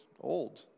old